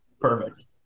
perfect